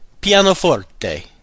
Pianoforte